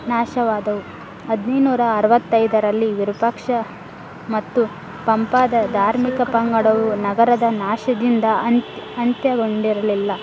ನಾಶವಾದವು ಹದ್ನೈದು ನೂರಾ ಅರವತ್ತೈದರಲ್ಲಿ ವಿರೂಪಾಕ್ಷ ಮತ್ತು ಪಂಪಾದ ಧಾರ್ಮಿಕ ಪಂಗಡವು ನಗರದ ನಾಶದಿಂದ ಅಂತ್ಯ ಅಂತ್ಯಗೊಂಡಿರಲಿಲ್ಲ